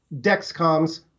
Dexcom's